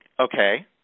Okay